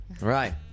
Right